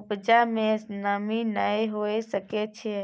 उपजा में नमी नय होय सके छै?